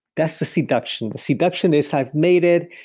that's the seduction. the seduction is i've made it,